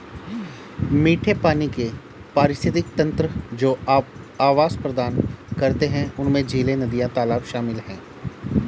मीठे पानी के पारिस्थितिक तंत्र जो आवास प्रदान करते हैं उनमें झीलें, नदियाँ, तालाब शामिल हैं